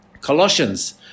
Colossians